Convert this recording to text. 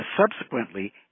subsequently